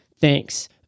Thanks